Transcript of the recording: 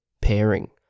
pairing